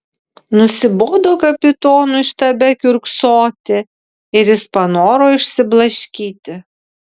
nusibodo kapitonui štabe kiurksoti ir jis panoro išsiblaškyti